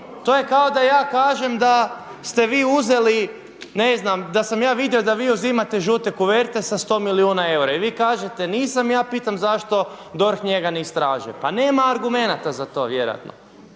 To je kao da ja kažem da ste vi uzeli, ne znam da sam ja vidio da vi uzimate žute koverte sa 100 milijuna eura i vi kažete nisam i ja pitam zašto DORH njega ne istražuje. Pa nema argumenata za to, vjerojatno.